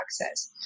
access